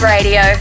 Radio